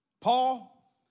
Paul